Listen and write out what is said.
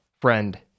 friend